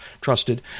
trusted